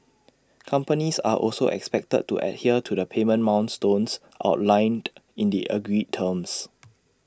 companies are also expected to adhere to the payment milestones outlined in the agreed terms